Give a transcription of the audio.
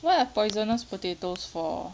what are poisonous potatoes for